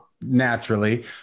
naturally